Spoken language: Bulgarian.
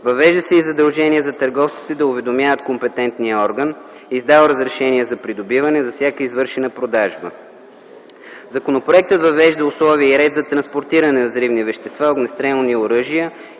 Въвежда се и задължение за търговците да уведомяват компетентния орган, издал разрешение за придобиване за всяка извършена продажба. Законопроектът въвежда условия и ред за транспортиране на взривни вещества, огнестрелни оръжия и